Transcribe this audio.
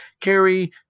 Carrie